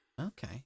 Okay